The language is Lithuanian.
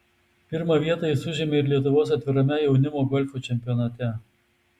pirmą vietą jis užėmė ir lietuvos atvirame jaunimo golfo čempionate